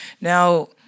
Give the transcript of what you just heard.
Now